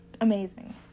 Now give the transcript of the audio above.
amazing